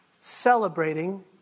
celebrating